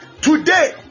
Today